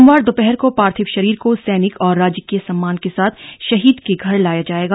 सोमवार दोपहर को पार्थिव शरीर को सैनिक और राजकीय सम्मान के साथ शहीद के घर लाया जाएगा